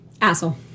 asshole